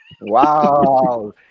Wow